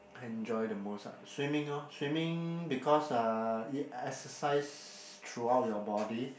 enjoy the most ah swimming lor swimming because uh exercise throughout your body